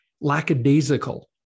lackadaisical